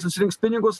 susirinks pinigus